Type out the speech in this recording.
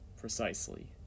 Precisely